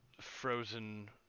frozen